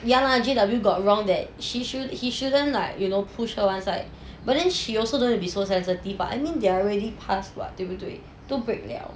ya lah J_W got wrong that she should he shouldn't like you know pushed her one side but then she also don't have to be so sensitive but I mean they're already passed [what] 对不对都 break 了